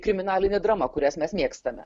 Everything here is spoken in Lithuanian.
kriminalinė drama kurias mes mėgstame